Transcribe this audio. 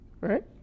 right